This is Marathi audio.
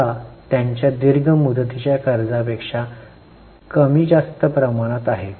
आता त्यांच्या दीर्घ मुदतीच्या कर्जापेक्षा कमी जास्त प्रमाणात आहे